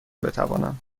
بتوانم